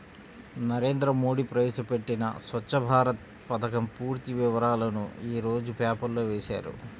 నరేంద్ర మోడీ ప్రవేశపెట్టిన స్వఛ్చ భారత్ పథకం పూర్తి వివరాలను యీ రోజు పేపర్లో వేశారు